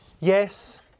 Yes